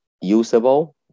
usable